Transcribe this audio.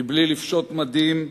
בלי לפשוט מדים,